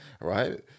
Right